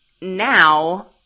now